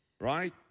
right